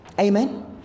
Amen